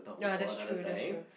ya that's true that's true